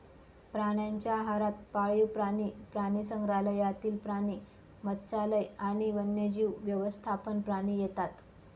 प्राण्यांच्या आहारात पाळीव प्राणी, प्राणीसंग्रहालयातील प्राणी, मत्स्यालय आणि वन्यजीव व्यवस्थापन प्राणी येतात